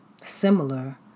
Similar